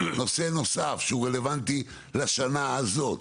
נושא נוסף, שהוא רלוונטי לשנה הזאת,